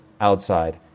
outside